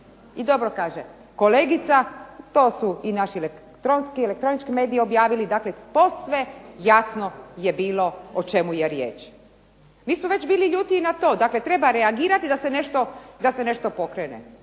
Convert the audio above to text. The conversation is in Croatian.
I dobro kaže kolegica to su i naši elektronički mediji objavili, dakle posve jasno je bilo o čemu je riječ. Mi smo već bili ljuti i na to, dakle treba reagirati da se nešto pokrene.